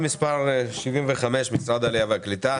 האם משרד החוץ יודע להתייחס לזה?